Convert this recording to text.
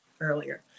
Earlier